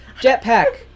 jetpack